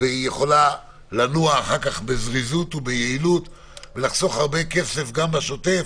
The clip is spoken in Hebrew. והיא יכולה לנוע אחר-כך ביעילות ובזריזות ולחסום הרבה כסף גם לשוטף